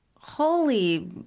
Holy